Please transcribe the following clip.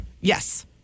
Yes